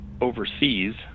overseas